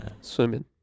Swimming